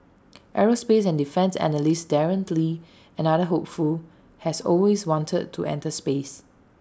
aerospace and defence analyst Darren lee another hopeful has always wanted to enter space